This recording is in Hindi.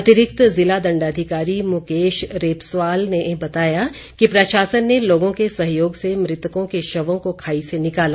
अतिरिक्त जिला दंडाधिकारी मुकेश रेपस्वाल ने बताया कि प्रशासन ने लोगों के सहयोग से मृतकों के शवों को खाई से निकाला